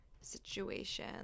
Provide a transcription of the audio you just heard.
situation